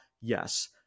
Yes